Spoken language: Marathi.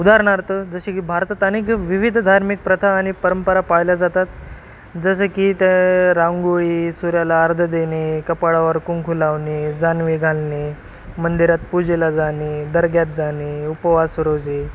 उदाहरणार्थ जसे की भारतात अनेक विविध धार्मिक प्रथा आणि परंपरा पाळल्या जातात जसे की त्या रांगोळी सूर्याला अर्घ्य देणे कपाळावर कुंकू लावणे जानवे घालणे मंदिरात पूजेला जाणे दर्ग्यात जाणे उपवास रोजे